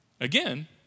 Again